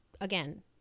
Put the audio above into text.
again